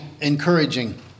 encouraging